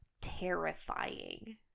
terrifying